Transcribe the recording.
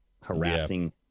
harassing